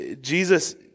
Jesus